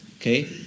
Okay